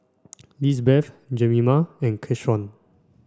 Lisbeth Jemima and Keshawn